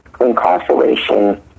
incarceration